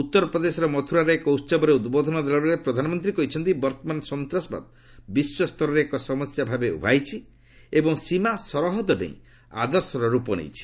ଉତ୍ତର ପ୍ରଦେଶର ମଥୁରାରେ ଏକ ଉତ୍ସବରେ ଉଦ୍ବୋଧନ ଦେଲାବେଳେ ପ୍ରଧାନମନ୍ତ୍ରୀ କହିଛନ୍ତି ବର୍ତ୍ତମାନ ସନ୍ତାସବାଦ ବିଶ୍ୱସ୍ତରରେ ଏକ ସମସ୍ୟା ଭାବେ ଉଭାହୋଇଛି ଏବଂ ସୀମା ସରହଦ ଡେଇଁ ଆଦର୍ଶର ରୂପ ନେଇଛି